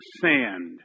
sand